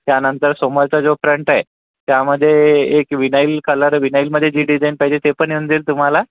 त्यानंतर समोरचा जो फ्रंट आहे त्यामध्ये एक व्हिनाइल कलर व्हिनाइलमध्ये जी डिझाइन पाहिजे ते पण येऊन जाईल तुम्हाला